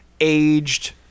aged